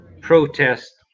protest